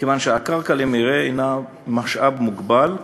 כיוון שהקרקע למרעה הנה משאב מוגבל,